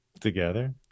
together